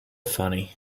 funny